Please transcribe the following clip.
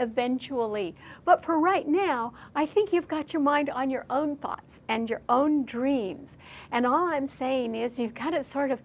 eventually but for right now i think you've got your mind on your own thoughts and your own dreams and all i'm saying is you've got to sort of